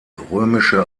römische